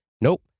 Nope